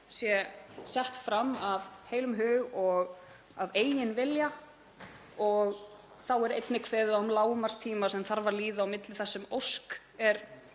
sé sett fram af heilum hug og af eigin vilja. Þá er einnig kveðið á um lágmarkstíma sem þarf að líða á milli þess sem ósk er